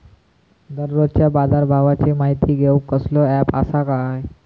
दररोजच्या बाजारभावाची माहिती घेऊक कसलो अँप आसा काय?